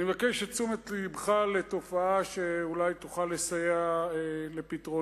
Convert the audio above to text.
אני מבקש את תשומת לבך לתופעה שאולי תוכל לסייע בפתרונה.